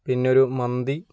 പിന്നൊരു മന്തി